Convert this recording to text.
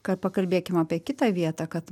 kad pakalbėkim apie kitą vietą kad